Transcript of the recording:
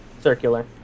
circular